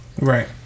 Right